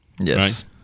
yes